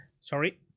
Sorry